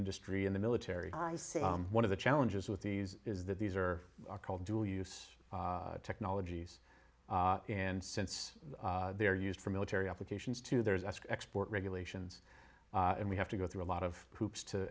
industry in the military one of the challenges with these is that these are called dual use technologies and since they're used for military applications to there's export regulations and we have to go through a lot of hoops to